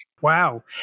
Wow